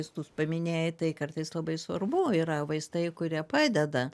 vaistus paminėjai tai kartais labai svarbu yra vaistai kurie padeda